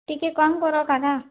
ଟିକେ କମ୍ କର କାକା